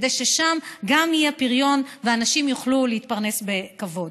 כדי ששם גם יהיה פריון ואנשים יוכלו להתפרנס בכבוד.